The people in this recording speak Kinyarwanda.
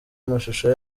amashusho